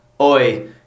oi